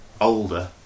older